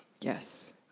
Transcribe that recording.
Yes